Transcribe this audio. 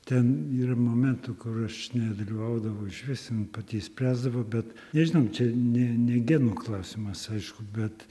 ten yra momentų kur aš nedalyvaudavau iš vis jin pati spręsdavo bet nežinau čia ne ne genų klausimas aišku bet